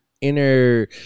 inner